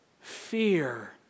fear